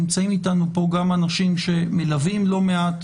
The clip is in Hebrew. נמצאים אתנו פה גם אנשים שמלווים לא מעט